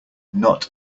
not